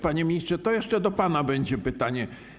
Panie ministrze, to jeszcze do pana będzie pytanie.